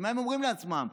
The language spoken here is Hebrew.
מה הם אומרים לעצמם?